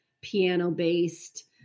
piano-based